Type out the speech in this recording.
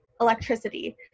electricity